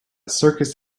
circus